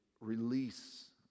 release